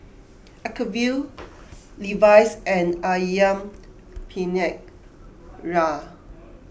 Acuvue Levi's and Ayam Penyet Ria